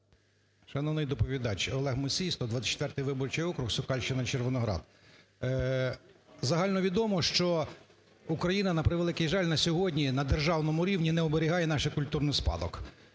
Шановний доповідач! Олег Мусій, 124 виборчий округ, Сокальщина, Червоноград. Загально відомо, що Україна, на превеликий жаль, на сьогодні на державному рівні не оберігає наш культурний спадок.